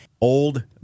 Old